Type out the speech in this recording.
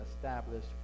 established